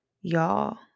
y'all